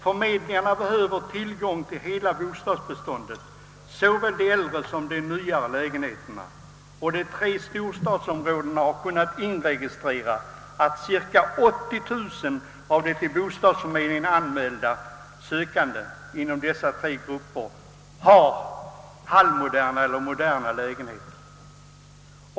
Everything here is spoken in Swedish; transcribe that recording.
Förmedlingarna behöver tillgång till hela bostadsbeståndet, såväl de äldre som de nya lägenheterna, och de tre storstadsområdena har kunnat inregistrera att cirka 80 000 av de till bostadsförmedlingarna anmälda <sökandena har halvmoderna eller moderna lägenheter.